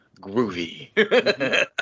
groovy